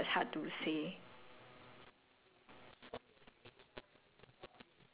no precisely because I'm so used to talking to them right I don't have anything that's hard to say